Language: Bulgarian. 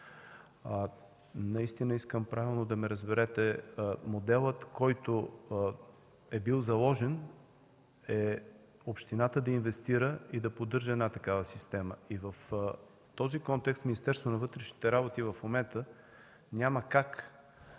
Наистина искам правилно да ме разберете: моделът, който е бил заложен, е общината да инвестира и да поддържа една такава система. В този контекст Министерството на вътрешните работи в момента няма как